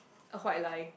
a white lie